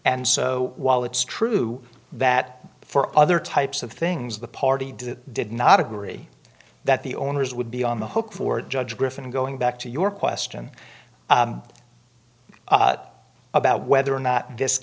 and so while it's true that for other types of things the party did did not agree that the owners would be on the hook for judge griffin going back to your question about whether or not